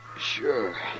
Sure